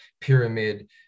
pyramid